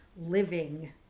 living